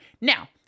Now